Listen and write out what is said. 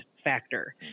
factor